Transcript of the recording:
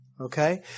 Okay